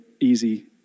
easy